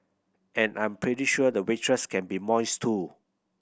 and I'm pretty sure the waitress can be moist too